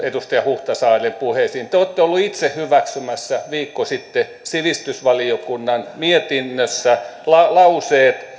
edustaja huhtasaaren puheisiin että te olette ollut itse hyväksymässä viikko sitten sivistysvaliokunnan mietinnössä lauseet